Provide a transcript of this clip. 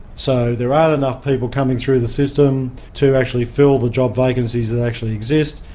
so, there aren't enough people coming through the system to actually fill the job vacancies that actually exist.